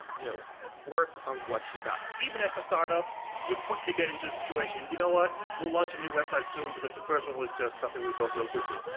you know work on what you got. even as a startup, startup, you quickly get into a situation. you know what, we'll launch a new website soon, because the first one was just something we built real quickly.